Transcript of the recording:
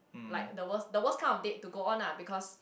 like the worst the worst kind of date to go on lah because